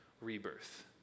rebirth